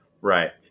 Right